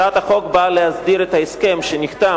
הצעת החוק באה להסדיר את ההסכם שנחתם